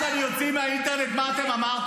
טלי, את רוצה שאני אוציא מהאינטרנט מה אתם אמרתם?